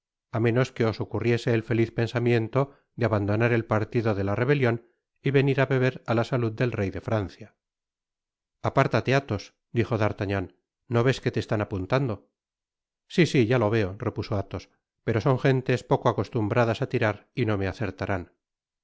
á menos que os ocurriese el feliz pensamiento de abandonar el partido de la rebelion y venir á beber á la salud del rey de francia apártate athos dijo d'artagnan no ves que te están apuntando sí sí ya lo veo repuso athos pero son gentes poco acostumbradas á tirar y no me acertarán